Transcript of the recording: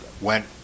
went